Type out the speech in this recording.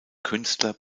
künstler